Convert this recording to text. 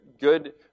good